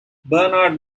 bernard